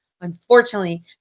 Unfortunately